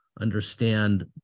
understand